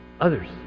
others